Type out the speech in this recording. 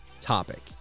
topic